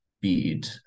bead